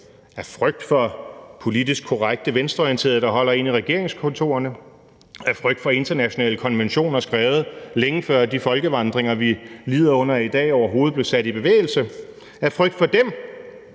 af frygt for politisk korrekte venstreorienterede, der holder en i regeringskontorerne, af frygt for internationale konventioner skrevet længe før de folkevandringer, vi lider under i dag, overhovedet blev sat i bevægelse, af frygt for dem,